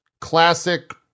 classic